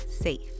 safe